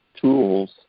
tools